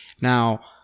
Now